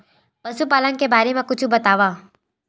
पशुपालन के बारे मा कुछु बतावव?